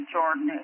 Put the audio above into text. Jordan